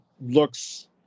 looks